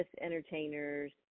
entertainers